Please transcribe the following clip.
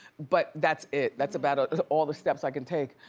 but that's it. that's about all the steps i could take.